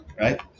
right